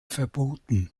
verboten